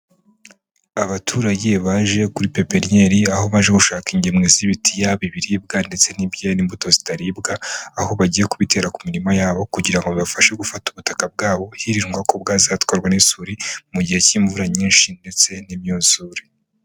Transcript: Abaturage baje kuri pepennyeri aho baje gushaka ingemwe z'ibitiya biribwa ndetse n'ibyera imbuto zitaribwa, aho bagiye kubitera ku mirima yabo kugira ngo bibafashe gufata ubutaka bwabo hirindwa ko bwazatwarwa n'isuri mu gihe k'imvura nyinshi ndetse n'imyuzure.